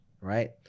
right